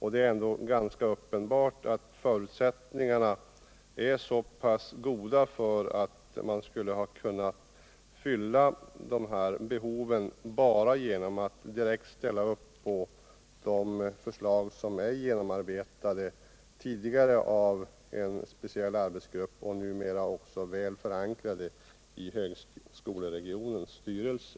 Det är ändå uppenbart att förutsättningarna är goda för att man skulle ha kunnat tillfredsställa behoven bara genom att direkt ställa upp på de förslag som tidigare har genomarbetats av en speciell arbetsgrupp och som numera också är väl förankrade i högskoleregionens styrelse.